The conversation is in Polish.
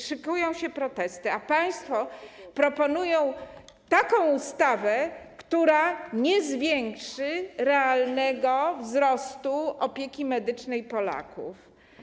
Szykują się protesty, a państwo proponują ustawę, która nie zwiększy realnego wzrostu w zakresie opieki medycznej Polaków.